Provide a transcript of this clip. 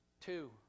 two